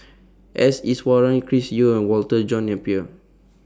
S Iswaran Chris Yeo and Walter John Napier